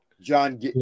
John